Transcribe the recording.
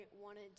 wanted